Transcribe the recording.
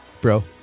bro